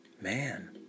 man